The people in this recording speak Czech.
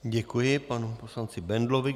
Děkuji panu poslanci Bendlovi.